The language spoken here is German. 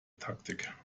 taktik